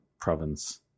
province